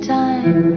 time